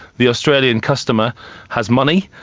the australian customer has money,